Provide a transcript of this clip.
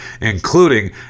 including